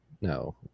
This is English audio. No